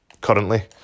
currently